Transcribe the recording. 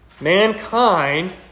Mankind